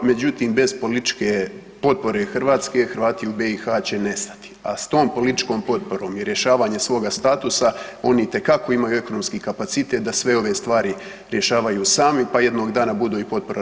Međutim bez političke potpore Hrvatske Hrvati u BiH će nestati, a s tom političkom potporom i rješavanje svoga statusa oni itekako imaju ekonomski kapacitet da sve ove stvari rješavaju sami, pa jednog dana budu i potpora RH.